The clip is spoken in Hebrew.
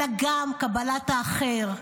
אלא גם קבלת האחר,